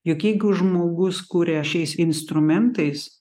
juk jeigu žmogus kuria šiais instrumentais